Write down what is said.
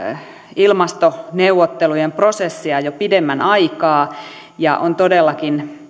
ilmastoneuvottelujen prosessia jo pidemmän aikaa ja on todellakin